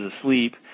asleep